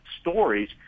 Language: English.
stories